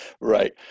right